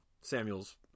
Samuel's